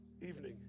evening